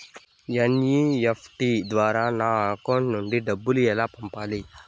NEFT ద్వారా నా account నుండి డబ్బులు ఎలా పంపాలి